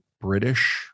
British